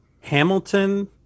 Hamilton